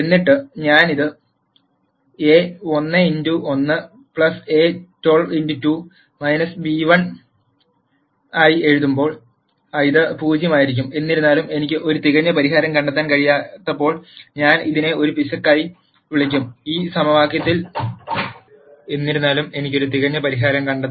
എന്നിട്ട് ഞാൻ ഇത് a1x1 a12x2 b1 ആയി എഴുതുമ്പോൾ ഇത് 0 ആയിരിക്കും എന്നിരുന്നാലും എനിക്ക് ഒരു തികഞ്ഞ പരിഹാരം കണ്ടെത്താൻ കഴിയാത്തപ്പോൾ ഞാൻ ഇതിനെ ഒരു പിശകായി വിളിക്കാം